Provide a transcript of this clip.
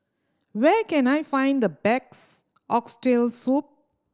where can I find the best Oxtail Soup